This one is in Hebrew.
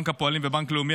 בנק הפועלים ובנק לאומי,